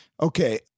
Okay